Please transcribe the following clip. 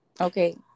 Okay